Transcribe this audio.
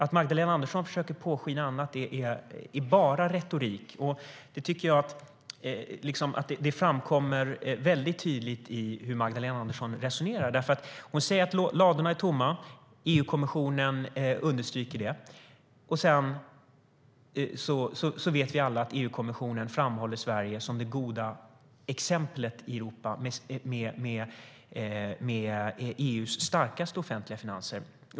Att Magdalena Andersson försöker påskina något annat är bara retorik, och jag tycker att det framkommer väldigt tydligt i hur Magdalena Andersson resonerar. Hon säger att ladorna är tomma, och EU-kommissionen understryker det. Sedan vet vi alla att EU-kommissionen framhåller Sverige som det goda exemplet i Europa med EU:s starkaste offentliga finanser.